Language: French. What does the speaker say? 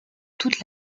toute